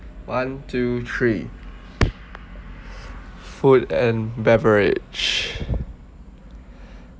one two three food and beverage